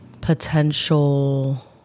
potential